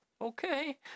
Okay